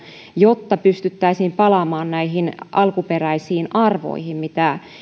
jotta pystyttäisiin palaamaan näihin alkuperäisiin arvoihin